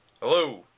Hello